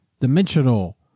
Dimensional